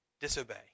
disobey